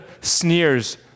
sneers